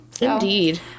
Indeed